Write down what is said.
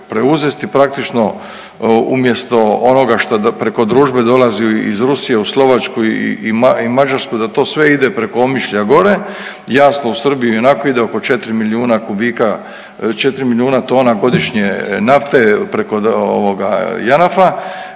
preuzeti praktično umjesto onoga što preko družbe dolazi iz Rusije u Slovačku i Mađarsku da to sve ide preko Omišlja gore. Jasno u Srbiju ionako ide oko 4 milijuna kubika, 4 milijuna tona godišnje nafte preko ovoga